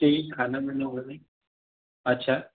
तेही खाणं पिणं वगैरे अच्छा